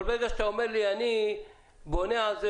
אבל ברגע שאתה אומר לי: אני בונה על זה